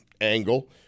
angle